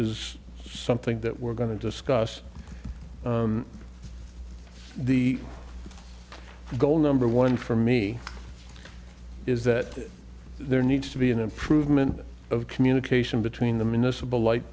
is something that we're going to discuss the goal number one for me is that there needs to be an improvement of communication between the municipal light